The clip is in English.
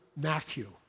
Matthew